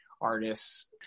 artists